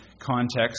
context